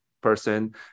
person